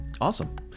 awesome